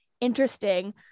interesting